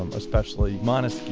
um especially montesquieu.